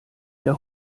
der